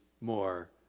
more